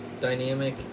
dynamic